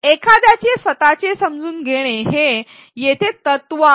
एखाद्याचे स्वतःचे समजून घेणे हे येथे तत्व आहे